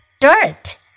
dirt